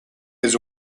his